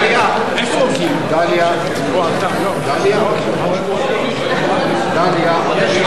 ההצעה להסיר מסדר-היום את הצעת חוק השירות האזרחי,